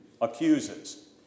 accuses